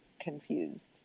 confused